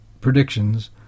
predictions